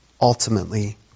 ultimately